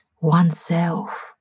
oneself